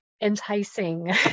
enticing